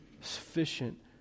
sufficient